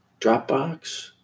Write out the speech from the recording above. Dropbox